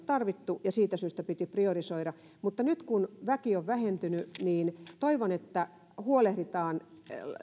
tarvittu ja siitä syystä piti priorisoida mutta nyt kun väki on vähentynyt niin toivon että huolehditaan